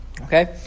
okay